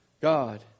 God